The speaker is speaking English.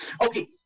Okay